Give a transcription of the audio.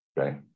Okay